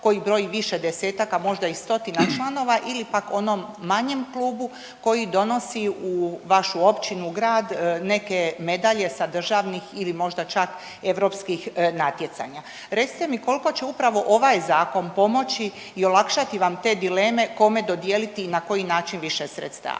koji broji više desetaka, možda i stotina članova ili pak onom manjem klubu koji donosi u vašu općinu, grad neke medalje sa državnih ili možda čak europskih natjecanja. Recite mi koliko će upravo ovaj zakon pomoći i olakšati vam te dileme kome dodijeliti i na koji način više sredstava?